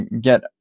get